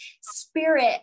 spirit